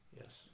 yes